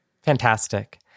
Fantastic